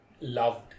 loved